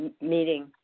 meeting